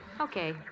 Okay